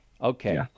Okay